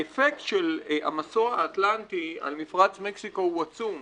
האפקט של המסוע האטלנטי על מפרץ מקסיקו הוא עצום.